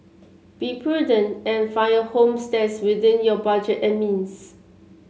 be prudent and find a home that's within your budget and means